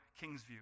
Kingsview